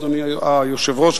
אדוני היושב-ראש,